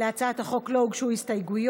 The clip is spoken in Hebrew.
להצעת החוק לא הוגשו הסתייגויות.